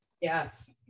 Yes